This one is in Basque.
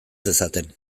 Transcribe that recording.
dezaten